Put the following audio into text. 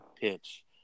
pitch